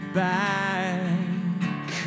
back